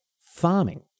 farming